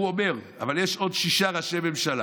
הוא אומר: יש עוד שישה ראשי ממשלה,